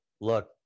look